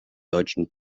deutschen